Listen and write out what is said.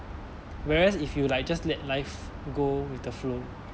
whereas if you like just let life go with the flow